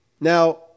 Now